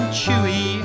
chewy